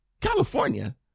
California